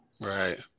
right